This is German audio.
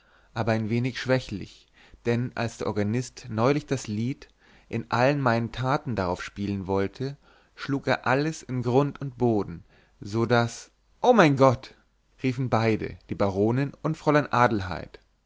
aber ein wenig schwächlich denn als der organist neulich das lied in allen meinen taten darauf spielen wollte schlug er alles in grund und boden so daßo mein gott riefen beide die baronin und fräulein adelheid